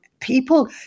people